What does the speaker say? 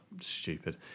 Stupid